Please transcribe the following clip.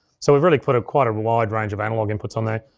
so we've really put quite a wide range of analog inputs on there.